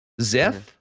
Ziff